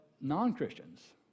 non-Christians